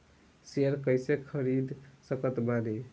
Share कइसे खरीद सकत बानी?